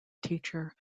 teacher